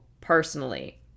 personally